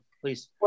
please